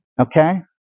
Okay